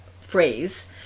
phrase